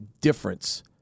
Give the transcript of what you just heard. difference